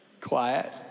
quiet